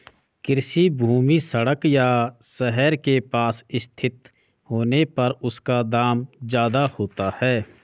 कृषि भूमि सड़क या शहर के पास स्थित होने पर उसका दाम ज्यादा होता है